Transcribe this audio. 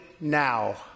now